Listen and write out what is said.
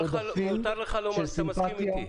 מותר לך לומר שאתה מסכים איתי.